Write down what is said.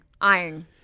iron